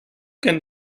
can